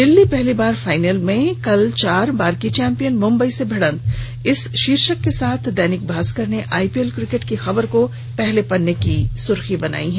दिल्ली पहली बार फाइनल में कल चार बार की चैंपियन मुंबई से भिड़ंत इस शीर्षक के साथ दैनिक भास्कर ने आइपीएल क्रिकेट की खबर को अपने पहले पन्ने की सुर्खियां बनाई है